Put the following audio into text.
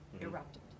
erupted